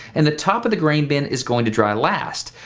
and the top of the grain bin is going to dry last.